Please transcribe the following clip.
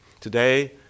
Today